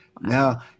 Now